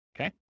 okay